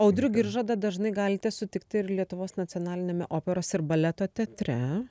audrių giržadą dažnai galite sutikti ir lietuvos nacionaliniame operos ir baleto teatre